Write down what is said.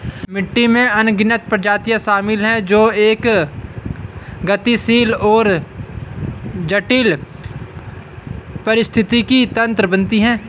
मिट्टी में अनगिनत प्रजातियां शामिल हैं जो एक गतिशील और जटिल पारिस्थितिकी तंत्र बनाती हैं